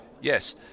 Yes